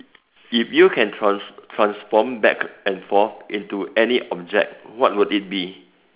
if you can trans~ transform back and forth into any object what would it be